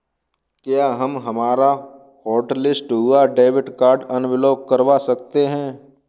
क्या हम हमारा हॉटलिस्ट हुआ डेबिट कार्ड अनब्लॉक करवा सकते हैं?